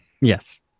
Yes